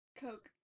Coke